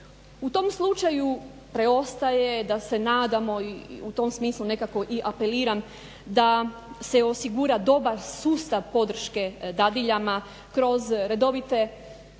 U tom slučaju preostaje da se nadamo u tom smislu i nekako apeliram da se osigura dobar sustav podrške dadiljama kroz redovite